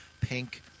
pink